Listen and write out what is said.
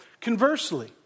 conversely